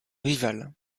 rival